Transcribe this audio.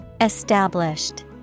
Established